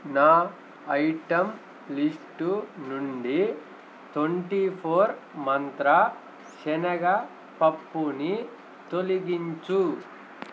నా item list నుండి twenty four మంత్ర శనగ పప్పుని తొలిగించు